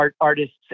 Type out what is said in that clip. artists